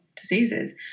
diseases